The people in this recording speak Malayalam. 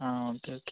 ആ ഓക്കെ ഓക്കെ